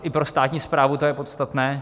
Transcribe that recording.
I pro státní správu to je podstatné.